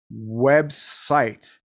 website